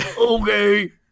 okay